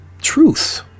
Truth